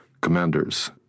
commanders